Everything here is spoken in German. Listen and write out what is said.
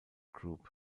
group